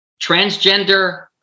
transgender